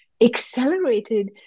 accelerated